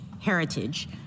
heritage